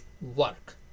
work